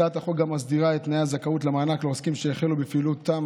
הצעת החוק גם מסדירה את תנאי הזכאות למענק לעוסקים שהחלו בפעילותם